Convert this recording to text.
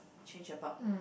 change about